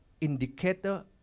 indicator